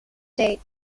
date